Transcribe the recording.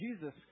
Jesus